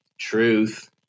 truth